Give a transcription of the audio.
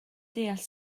deall